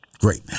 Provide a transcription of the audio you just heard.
Great